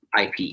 IP